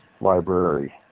library